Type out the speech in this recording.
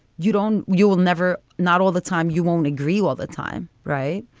you don't you will never. not all the time. you won't agree all the time. right.